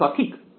এটা কি সঠিক